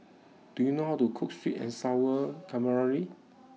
do you know how to cook Sweet and Sour Calamari